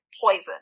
poison